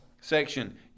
section